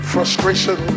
Frustration